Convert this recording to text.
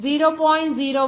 0